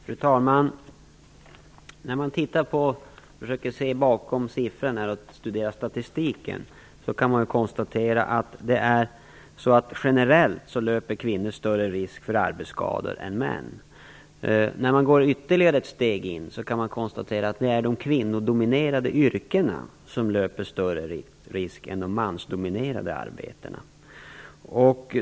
Fru talman! När man studerar statistiken och försöker se bakom siffrorna kan man konstatera att kvinnor generellt löper större risk för arbetsskador än män. När man går ytterligare ett steg kan man konstatera att det i de kvinnodominerade yrkena finns större risker än i de mansdominerade arbetena.